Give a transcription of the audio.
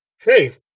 hey